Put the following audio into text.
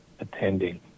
attending